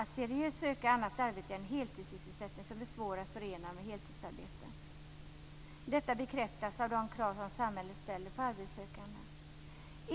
Att seriöst söka annat arbete är en heltidssysselsättning som är svår att förena med heltidsarbete. Detta bekräftas av de krav som samhället ställer på arbetssökande.